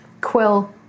Quill